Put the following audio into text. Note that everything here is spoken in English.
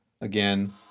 Again